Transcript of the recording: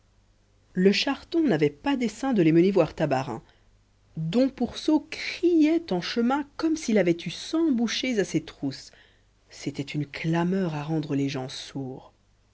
le charton n'avait pas dessein de les mener voir tabarin dom pourceau criait en chemin comme s'il avait eu cent bouchers à ses trousses c'était une clameur à rendre les gens sourds